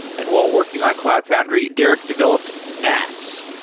and while working on cloud foundry, derek developed nats,